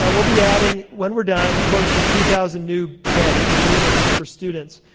ah we'll be adding when we're done close to three thousand new beds or units for students,